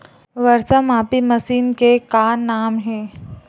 वर्षा मापी मशीन के का नाम हे?